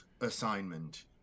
assignment